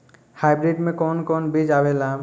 Hybrid में कोवन कोवन बीज आवेला?